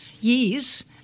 years